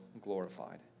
glorified